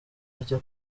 ajya